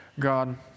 God